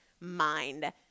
mind